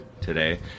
today